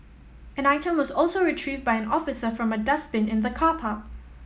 an item was also retrieved by an officer from a dustbin in the car park